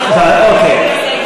אוקיי,